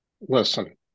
listen